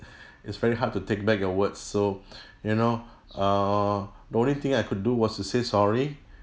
it's very hard to take back your words so you know err the only thing I could do was to say sorry